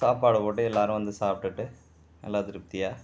சாப்பாடு போட்டு எல்லாரும் வந்து சாப்பாட்டுட்டு நல்லா திருப்தியாக